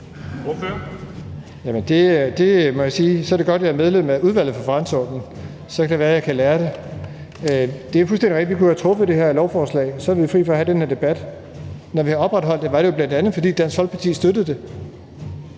så er det godt, at jeg er medlem af Udvalget for Forretningsordenen, for så kan det være, jeg kan lære det. Det er fuldstændig rigtigt, at vi kunne have trukket det her lovforslag, for så havde vi været fri for at have den her debat, men når vi har opretholdt det, var det jo bl.a., fordi Dansk Folkeparti støttede det.